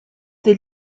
des